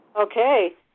Okay